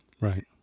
Right